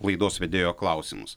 laidos vedėjo klausimus